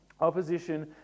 Opposition